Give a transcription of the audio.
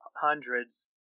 hundreds